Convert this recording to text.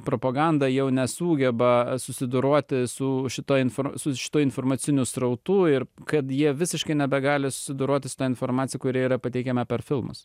propaganda jau nesugeba susidoroti su šita info su šita informaciniu srautu ir kad jie visiškai nebegali susidoroti su ta informacija kuri yra pateikiama per filmus